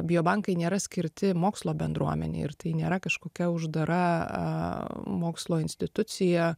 biobankai nėra skirti mokslo bendruomenei ir tai nėra kažkokia uždara mokslo institucija